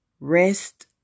rest